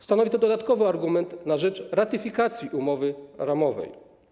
Stanowi to dodatkowy argument na rzecz ratyfikacji umowy ramowej.